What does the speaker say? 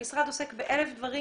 המשרד עוסק באלף דברים